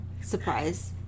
Surprise